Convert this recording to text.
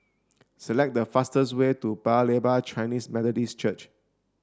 select the fastest way to Paya Lebar Chinese Methodist Church